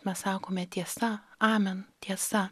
mes sakome tiesa amen tiesa